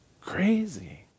crazy